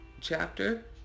chapter